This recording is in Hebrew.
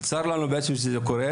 צר לנו שזה קורה,